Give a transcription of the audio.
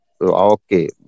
okay